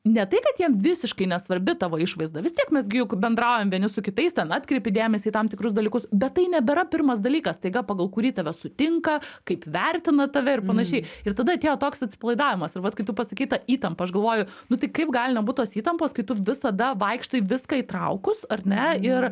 ne tai kad jiem visiškai nesvarbi tavo išvaizda vis tiek mes gi juk bendraujam vieni su kitais ten atkreipi dėmesį į tam tikrus dalykus bet tai nebėra pirmas dalykas staiga pagal kurį tave sutinka kaip vertina tave ir panašiai ir tada atėjo toks atsipalaidavimas ir vat kai tu pasakei ta įtampa aš galvoju nu tai kaip gali nebūt tos įtampos kai tu visada vaikštai viską įtraukus ar ne ir